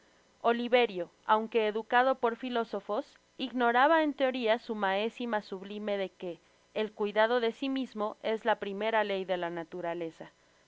oliverio aunque educado por filósofos ignoraba en teoria su mácsima sublime de que el cuidado de sí mismo es la primera ley de la naturaleza